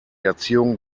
erziehung